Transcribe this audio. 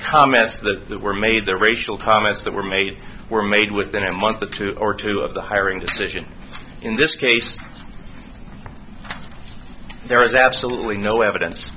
comments that that were made the racial comments that were made were made within a month or two or two of the hiring decision in this case there is absolutely no evidence